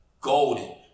Golden